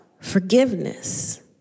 Forgiveness